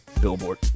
Billboard